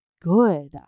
good